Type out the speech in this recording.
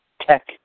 tech